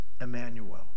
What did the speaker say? Emmanuel